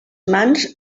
mans